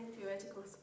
theoretical